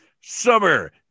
Summer